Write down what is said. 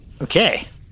Okay